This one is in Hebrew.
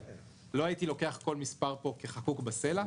לא הייתי לוקח כל מספר פה כמספר חקוק בסלע,